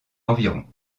environs